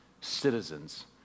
citizens